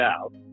out